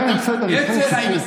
אדוני סגן השרה,